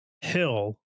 Hill